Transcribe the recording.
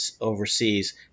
overseas